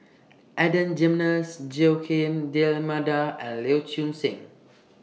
Adan Jimenez Joaquim D'almeida and Lee Choon Seng